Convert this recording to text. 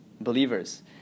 believers